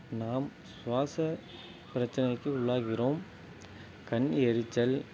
நாம் சுவாசப் பிரச்சனைக்கு உள்ளாகிறோம் கண் எரிச்சல்